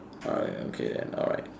alright okay then alright